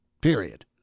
Period